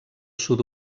sud